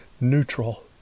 neutral